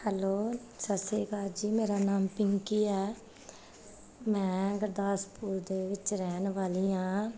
hello ਸਤਿ ਸ਼੍ਰੀ ਅਕਾਲ ਜੀ ਮੇਰਾ ਨਾਮ ਪਿੰਕੀ ਹੈ ਮੈਂ ਗੁਰਦਾਸਪੁਰ ਦੇ ਵਿੱਚ ਰਹਿਣ ਵਾਲੀ ਹਾਂ